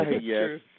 Yes